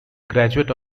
graduate